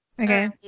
okay